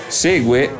segue